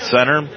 Center